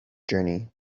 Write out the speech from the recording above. journey